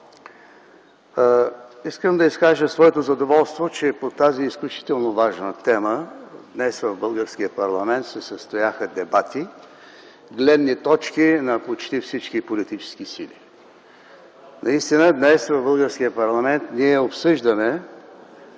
Искам да изкажа своето задоволство, че по тази изключително важна тема днес в българския парламент се състояха дебати, изразиха се гледни точки на почти всички политически сили. Наистина днес в българския парламент ние обсъждаме